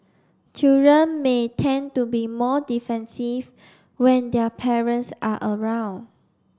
children may tend to be more defensive when their parents are around